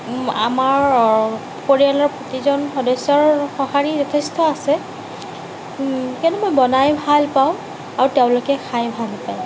আমাৰ পৰিয়ালৰ প্ৰতিজন সদস্যৰ সঁহাৰি যথেষ্ট আছে কিন্তু মই বনাই ভালপাওঁ আৰু তেওঁলোকে খাই ভালপায়